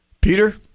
Peter